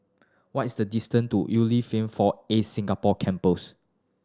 what is the distance to Unilever Four Acres Singapore Campus